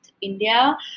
India